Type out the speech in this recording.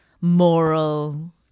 moral